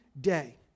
day